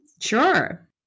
Sure